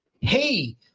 hey